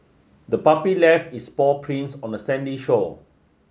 the puppy left its paw prints on the sandy shore